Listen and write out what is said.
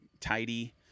tidy